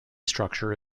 structure